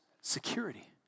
security